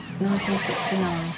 1969